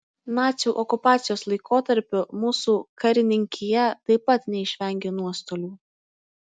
nacių okupacijos laikotarpiu mūsų karininkija taip pat neišvengė nuostolių